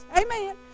Amen